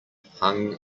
hung